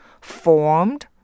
formed